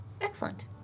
Excellent